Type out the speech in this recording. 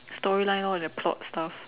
storyline all that plot stuff